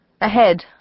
ahead